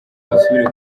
basubire